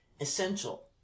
essential